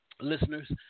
listeners